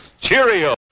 Cheerio